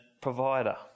provider